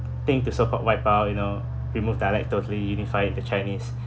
think to support wipe out you know removed dialect totally unified the chinese